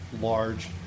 large